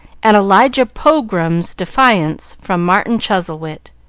and elijah pogram's defiance, from martin chuzzlewit.